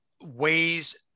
ways